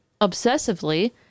obsessively